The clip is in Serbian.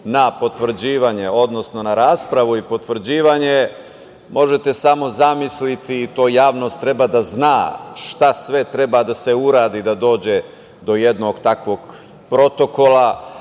na potvrđivanje, odnosno na raspravu i potvrđivanje možete samo zamisliti, i to javnost treba da zna, šta sve treba da se uradi da dođe do jednog takvog protokola,